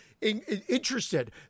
interested